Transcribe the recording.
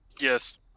Yes